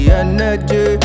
energy